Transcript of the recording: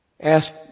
ask